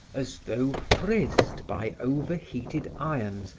as though frizzed by overheated irons,